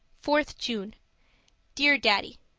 fourth june dear daddy,